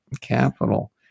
capital